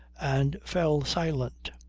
and fell silent,